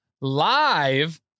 live